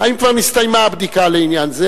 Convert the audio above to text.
אם כבר הסתיימה הבדיקה לעניין זה,